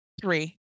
Three